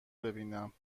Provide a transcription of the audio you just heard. ببینم